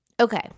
Okay